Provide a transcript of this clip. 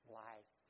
life